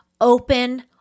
open